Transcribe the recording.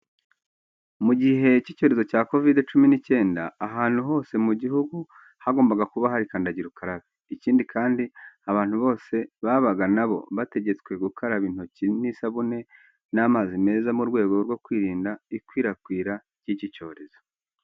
Mu gihe cy'icyorezo cya Covid cumi n'icyenda, ahantu hose mu gihugu hagombaga kuba hari kandagira ukarabe. Ikindi kandi abantu bose babaga na bo bategetswe gukaraba intoki n'isabune n'amazi meza mu rwego rwo kwirinda ikwirakwira ry'iki cyorezo.